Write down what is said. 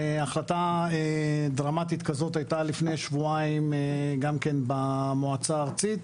והחלטה דרמטית כזאת הייתה לפני שבועיים גם כן במועצה הארצית,